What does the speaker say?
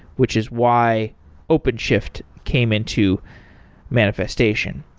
which is why openshift came into manifestation.